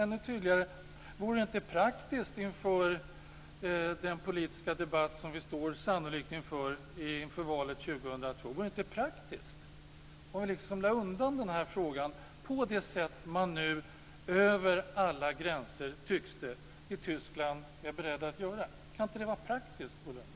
Vore det inte praktiskt inför den politiska debatt som vi sannolikt står inför valet 2002 om vi lade undan frågan på det sätt man är beredd att göra i Tyskland? Kan inte det vara praktiskt, Bo Lundgren?